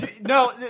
No